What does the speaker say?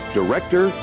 director